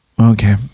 Okay